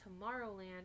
Tomorrowland